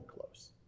close